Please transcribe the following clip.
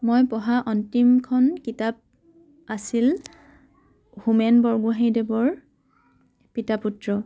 মই পঢ়া অন্তিমখন কিতাপ আছিল হোমেন বৰগোহাঞিদেৱৰ পিতা পুত্ৰ